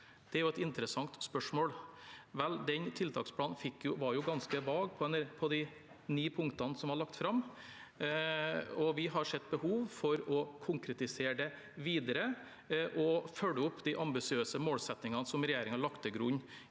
Det er et interessant spørsmål. Vel, den tiltaksplanen var ganske vag på de ni punktene som ble lagt fram, og vi har sett behov for å konkretisere det videre og følge opp de ambi siøse målsettingene regjeringen har